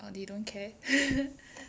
err they don't care